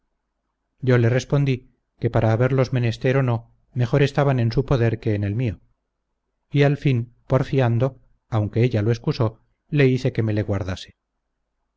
yo le respondí que para haberlos menester o no mejor estaban en su poder que en el mío y al fin porfiando aunque ella lo excusó le hice que me le guardase